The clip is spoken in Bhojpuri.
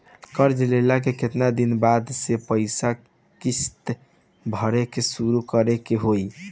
कर्जा लेला के केतना दिन बाद से पैसा किश्त भरे के शुरू करे के होई?